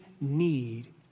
need